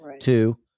Two